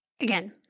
again